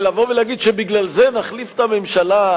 ולבוא ולהגיד שבגלל זה נחליף את הממשלה,